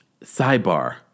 Sidebar